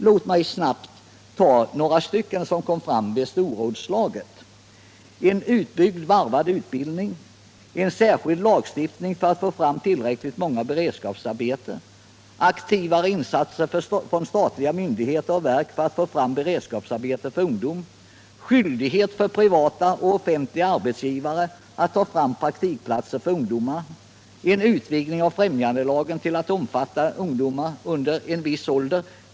Jag vill snabbt nämna några som kom fram vid storrådslaget: En utbyggd varvad utbildning, en särskild lagstiftning för att få fram tillräckligt många beredskapsarbeten, aktivare insatser från statliga myndigheter och verk för att få fram beredskapsarbeten för ungdom, skyldighet för privata och offentliga arbetsgivare att ta fram praktikplatser för ungdomar, en utvidgning av främjandelagen till att omfatta ungdomar under en viss ålder.